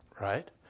Right